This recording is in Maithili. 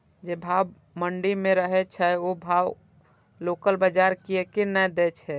जे भाव मंडी में रहे छै ओ भाव लोकल बजार कीयेक ने दै छै?